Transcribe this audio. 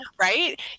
Right